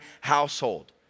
household